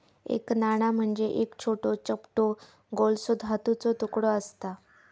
एक नाणा म्हणजे एक छोटो, चपटो गोलसो धातूचो तुकडो आसता